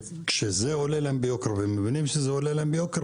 וכשזה עולה להם ביוקר והם מבינים שזה עולה להם ביוקר,